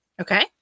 Okay